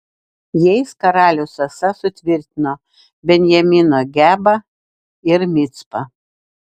jais karalius asa sutvirtino benjamino gebą ir micpą